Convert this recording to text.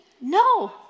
no